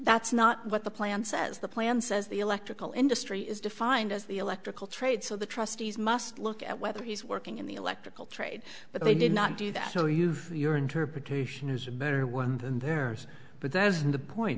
that's not what the plan says the plan says the electrical industry is defined as the electrical trade so the trustees must look at whether he's working in the electrical trade but they did not do that or you've your interpretation is a better one than theirs but that isn't the point